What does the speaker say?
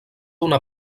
una